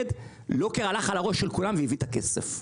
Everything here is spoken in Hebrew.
הולכים על גמלאי צה"ל;